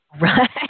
Right